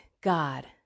God